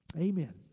Amen